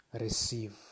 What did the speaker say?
receive